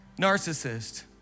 narcissist